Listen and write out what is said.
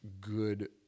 good